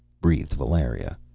breathed valeria.